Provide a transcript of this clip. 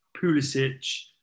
Pulisic